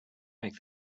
make